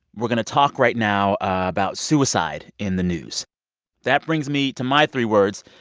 we're going to talk right now about suicide in the news that brings me to my three words.